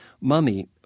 Mummy